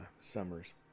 Summers